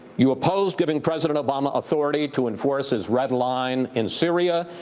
you opposed giving president obama authority to enforce his red line in syria.